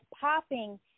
popping